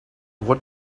what